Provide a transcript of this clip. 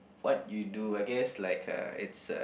what you do I guess like a it's a